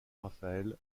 rafael